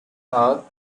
hall